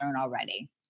already